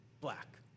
black